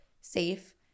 safe